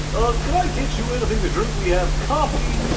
ah could i get you anything to drink? we have coffee.